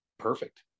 perfect